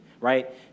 right